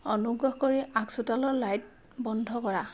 অনুগ্ৰহ কৰি আগ চোতালৰ লাইট বন্ধ কৰা